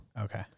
Okay